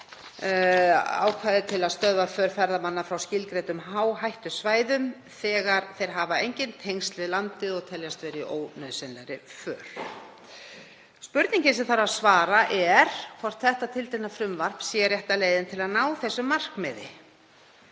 ákvæði til að stöðva för ferðamanna frá skilgreindum hááhættusvæðum þegar þeir hafa engin tengsl við landið og teljast vera í ónauðsynlegri för. Spurningin sem þarf að svara er hvort þetta tiltekna frumvarp sé rétta leiðin til að ná þessu markmiði.